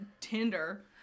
Tinder